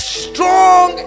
strong